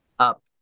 Up